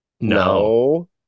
No